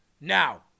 Now